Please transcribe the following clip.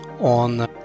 on